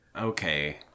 Okay